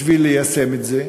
בשביל ליישם את זה?